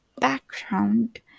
background